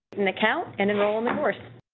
an account and enroll in the course.